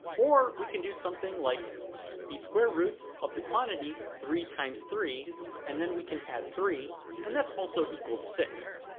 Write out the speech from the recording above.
or we can do something like the square root of the quantity three times three and then we can add three and that's also equal to six